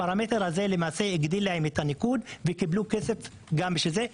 הפרמטר הזה הגדיל להם את הניקוד וקיבלו כסף גם בשביל זה.